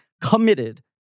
Committed